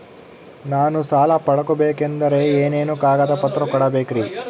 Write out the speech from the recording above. ನಾನು ಸಾಲ ಪಡಕೋಬೇಕಂದರೆ ಏನೇನು ಕಾಗದ ಪತ್ರ ಕೋಡಬೇಕ್ರಿ?